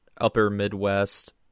upper-midwest